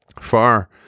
far